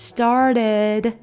？Started